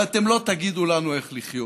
ואתם לא תגידו לנו איך לחיות.